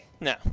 No